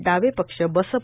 डावे पक्ष बसप